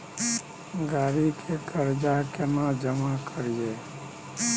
गाड़ी के कर्जा केना जमा करिए?